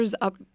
up